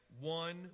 One